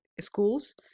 schools